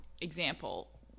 example